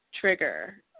trigger